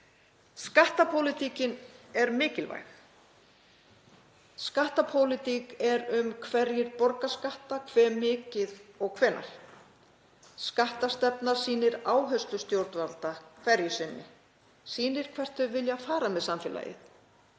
Skattapólitíkin er mikilvæg. Skattapólitík er um hverjir borga skatta, hve mikið og hvenær. Skattstefna sýnir áherslur stjórnvalda hverju sinni, sýnir hvert þau vilja fara með samfélagið.